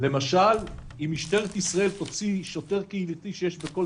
למשל אם משטרת ישראל תוציא שוטר או שניים שיש בכל